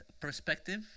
perspective